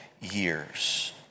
years